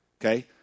Okay